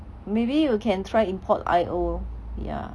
maybe you can try Import.io ya